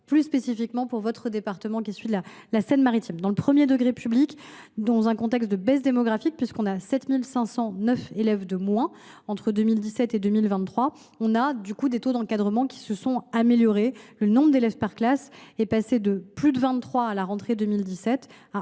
Plus spécifiquement pour votre département, la Seine Maritime, dans le premier degré public, dans un contexte de baisse démographique – on a dénombré 7 509 élèves de moins entre 2017 et 2023 –, les taux d’encadrement se sont améliorés : le nombre d’élèves par classe est passé de plus de 23 à la rentrée 2017